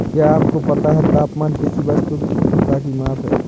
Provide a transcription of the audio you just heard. क्या आपको पता है तापमान किसी वस्तु की उष्णता की माप है?